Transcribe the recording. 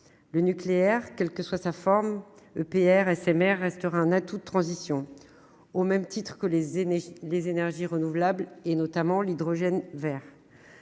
Le nucléaire, quelle que soit la forme qu'il prenne, (EPR) ou (SMR), restera un atout de transition, au même titre que les énergies renouvelables, notamment l'hydrogène vert,